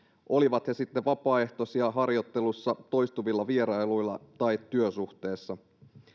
olivat he sitten vapaaehtoisia harjoittelussa toistuvilla vierailuilla tai työsuhteessa